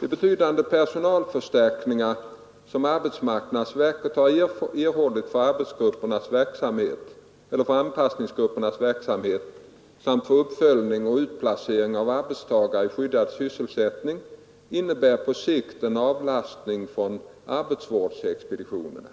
De betydande personalförstärkningar som arbetsmarknadsverket har erhållit för anpassningsgruppernas verksamhet samt för uppföljning och utplacering av arbetstagare i skyddad sysselsättning innebär på sikt en avlastning för arbetsvårdsexpeditionerna.